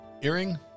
Earring